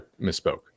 misspoke